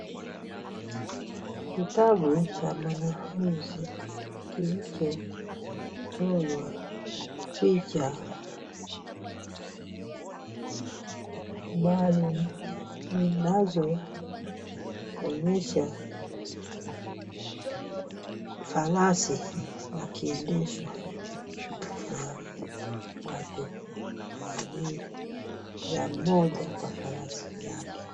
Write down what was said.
Kitabu cha mwanafunzi kilichochorwa picha maalum zinazoonyesha farasi wakiendeshwa na watu wawili kila mmoja kwa farasi yake.